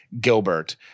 Gilbert